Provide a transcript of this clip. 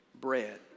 bread